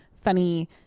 funny